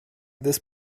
this